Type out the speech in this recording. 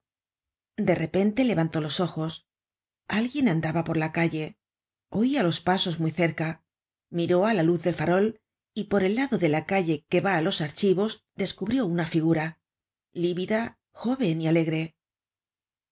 de repente levantó los ojos alguien andaba por la calle oia los pasos muy cerca miró á la luz del farol y por el lado de la calle que va á los archivos descubrió una figura lívida jóven y alegre